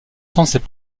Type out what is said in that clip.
censées